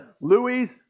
Louis